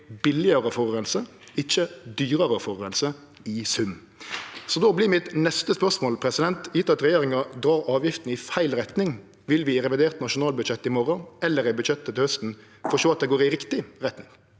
billegare å forureine, ikkje dyrare å forureine – i sum. Då vert mitt neste spørsmål: Føresett at regjeringa dreg avgiftene i feil retning, vil vi i revidert nasjonalbudsjett i morgon eller i budsjettet til hausten få sjå at det går i riktig retning?